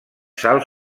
sals